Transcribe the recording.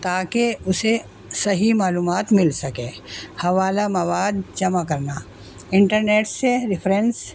تاکہ اسے صحیح معلومات مل سکے حوالہ مواد جمع کرنا انٹرنیٹ سے ریفرینس